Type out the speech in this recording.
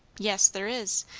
yes, there is.